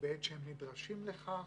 בעת שהם נדרשים לכך